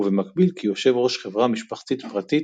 ובמקביל כיו"ר חברה משפחתית פרטית,